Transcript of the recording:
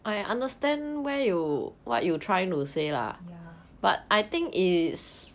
yeah